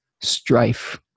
strife